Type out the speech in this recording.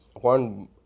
one